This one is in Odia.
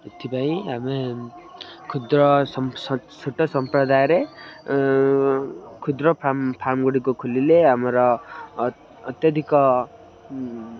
ଏଥିପାଇଁ ଆମେ କ୍ଷୁଦ୍ର ଛୋଟ ସମ୍ପ୍ରଦାୟରେ କ୍ଷୁଦ୍ର ଫାର୍ମଗୁଡ଼ିକ ଖୋଲିଲେ ଆମର ଅତ୍ୟଧିକ